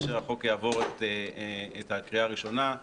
כאשר החוק יעבור את הקריאה הראשונה,